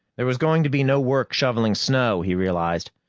there was going to be no work shoveling snow, he realized.